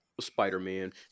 Spider-Man